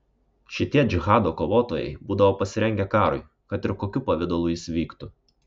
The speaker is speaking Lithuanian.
šitie džihado kovotojai būdavo pasirengę karui kad ir kokiu pavidalu jis vyktų